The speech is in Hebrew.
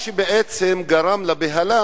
מה שבעצם גרם לבהלה,